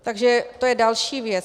Takže to je další věc.